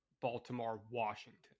Baltimore-Washington